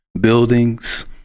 buildings